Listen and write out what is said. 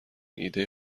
ایده